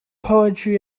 poetry